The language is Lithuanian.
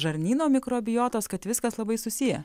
žarnyno mikrobiotos kad viskas labai susiję